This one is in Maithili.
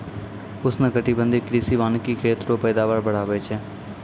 उष्णकटिबंधीय कृषि वानिकी खेत रो पैदावार बढ़ाबै छै